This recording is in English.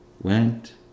went